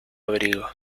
abrigos